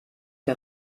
der